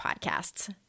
podcasts